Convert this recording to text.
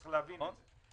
צריך להבין את זה.